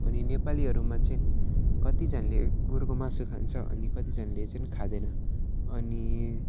अनि नेपालीहरूमा चाहिँ कतिजनाले गोरुको मासु खान्छ अनि कतिजनाले चाहिँ नि खाँदैन अनि